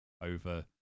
over